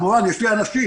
אנחנו מנהלים.